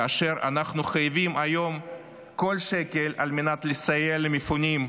כאשר היום אנחנו חייבים כל שקל על מנת לסייע למפונים,